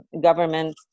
government